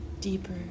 deeper